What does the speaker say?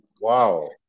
Wow